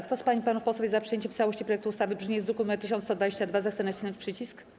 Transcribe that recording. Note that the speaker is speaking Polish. Kto z pań i panów posłów jest za przyjęciem w całości projektu ustawy w brzmieniu z druku nr 1122, zechce nacisnąć przycisk.